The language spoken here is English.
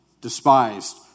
Despised